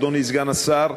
אדוני סגן השר,